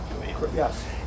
Yes